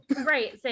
Right